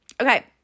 okay